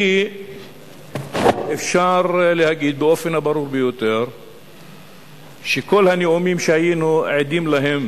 כי אפשר להגיד באופן הברור ביותר שכל הנאומים שהיינו עדים להם